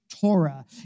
Torah